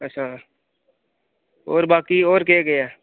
अच्छा होर बाकी होर केह् केह् ऐ